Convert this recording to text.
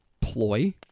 ploy